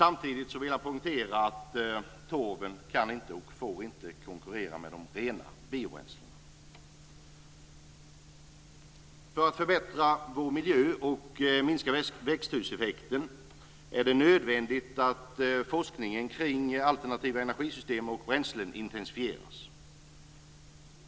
Samtidigt vill jag poängtera att torven kan inte och får inte konkurrera med de rena biobränslena. För att förbättra vår miljö och minska växthuseffekten är det nödvändigt att forskningen kring alternativa energisystem och bränslen intensifieras.